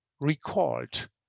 recalled